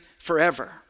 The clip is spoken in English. forever